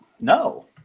no